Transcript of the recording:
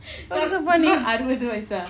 what's so funny